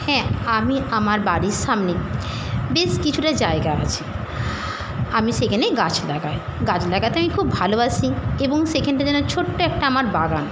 হ্যাঁ আমি আমার বাড়ির সামনে বেশ কিছুটা জায়গা আছে আমি সেখে নে গাছ লাগাই গাছ লাগাতে আমি খুব ভালোবাসি এবং সেখানটা যেন ছোট্টো একটা আমার বাগান